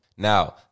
Now